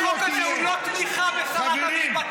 החוק הזה הוא לא תמיכה בשרת המשפטים.